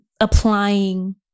applying